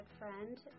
friend